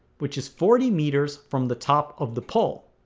which is forty meters from the top of the pole